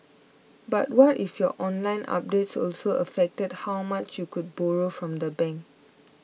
but what if your online updates also affected how much you could borrow from the bank